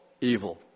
evil